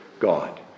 God